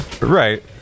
right